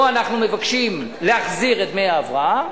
שבה אנחנו מבקשים להחזיר את דמי ההבראה,